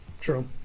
true